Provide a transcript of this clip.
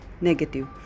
negative